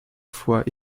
fois